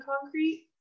concrete